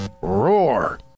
Roar